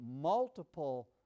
multiple